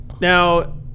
now